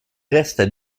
restent